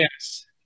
yes